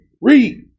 Read